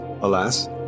alas